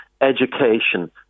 Education